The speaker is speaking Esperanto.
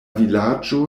vilaĝo